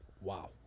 Wow